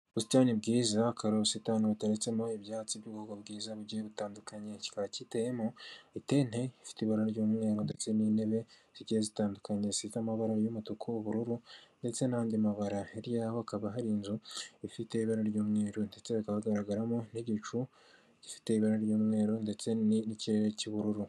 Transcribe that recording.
Ubusitani bwizaka akaba ari ubusitani butetsemo ibyatsi by'ubwo bwiza bugiye butandukanye kikaba kiteyemo itente ifite ibara ry'umweru ndetse n'intebe zigiye zitandukanye zisiza amabara y'umutuku w'ubururu ndetse n'andi mabara, hirya y'aho hakaba hari inzu ifite ibara ry'umweru ndetse hakaba hagaragaramo nk'igicu gifite ibara ry'umweru ndetse n'ikirere cy'ubururu.